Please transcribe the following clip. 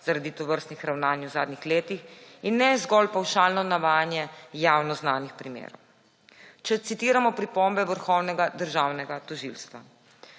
zaradi tovrstnih ravnanj v zadnjih letih in ne zgolj pavšalno navajanje javno znanih primerov. Če citiramo pripombe Vrhovnega državnega tožilstva.